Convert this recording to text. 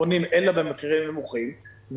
מלפפונים אלא במחירים הנמוכים,